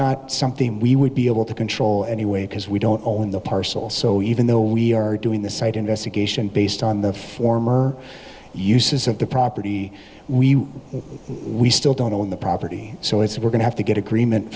not something we would be able to control anyway because we don't own the parcel so even though we are doing this site investigation based on the former uses of the property we we still don't own the property so it's we're going to have to get agreement